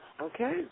Okay